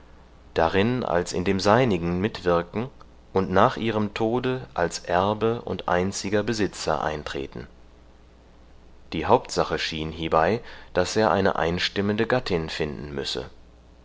darin als in dem seinigen mitwirken und nach ihrem tode als erbe und einziger besitzer eintreten die hauptsache schien hiebei daß er eine einstimmende gattin finden müsse